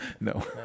No